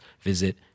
visit